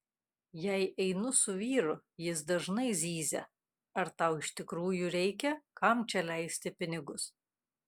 jei einu su vyru jis dažnai zyzia ar tau iš tikrųjų reikia kam čia leisti pinigus